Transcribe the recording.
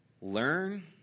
learn